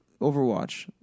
Overwatch